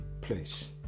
place